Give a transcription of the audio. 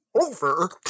over